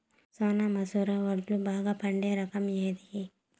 సోనా మసూర వడ్లు బాగా పండే రకం ఏది